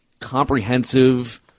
comprehensive